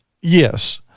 Yes